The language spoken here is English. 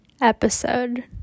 episode